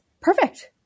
perfect